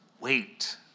wait